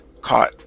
caught